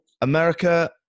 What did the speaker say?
America